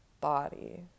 body